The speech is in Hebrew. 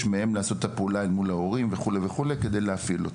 מהם לפנות אל ההורים על מנת להפעיל אותו.